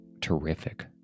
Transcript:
terrific